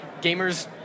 gamers